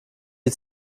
die